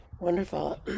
wonderful